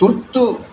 ತುರ್ತು